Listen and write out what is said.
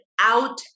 out